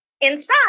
Inside